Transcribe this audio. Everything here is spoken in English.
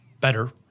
better